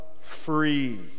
free